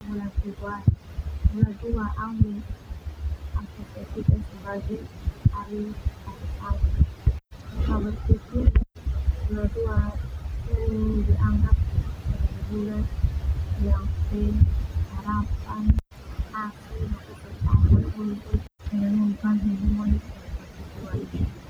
Bula dua au mengasosiasikan sebagai fai kasih sayang, au berpikir bula dua bulan yang penuh harapan.